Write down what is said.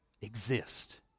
exist